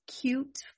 cute